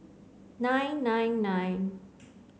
nine nine nine